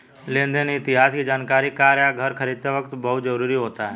लेन देन इतिहास की जानकरी कार या घर खरीदते वक़्त बहुत जरुरी होती है